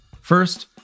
First